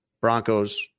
Broncos